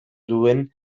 duen